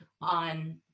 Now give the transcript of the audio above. on